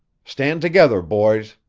stand together, boys,